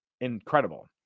incredible